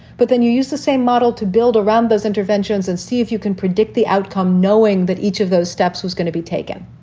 but then you use the same model to build around those interventions and see if you can predict the outcome, knowing that each of those steps was gonna be taken.